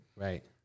Right